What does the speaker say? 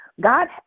God